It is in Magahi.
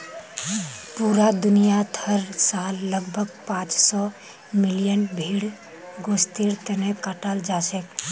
पूरा दुनियात हर साल लगभग पांच सौ मिलियन भेड़ गोस्तेर तने कटाल जाछेक